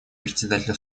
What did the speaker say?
председателя